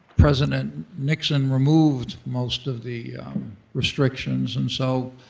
president nixon removed most of the restrictions. and so